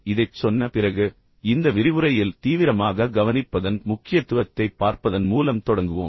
இதைச் சொன்ன பிறகு இந்த விரிவுரையில் தீவிரமாக கவனிப்பதன் முக்கியத்துவத்தைப் பார்ப்பதன் மூலம் தொடங்குவோம்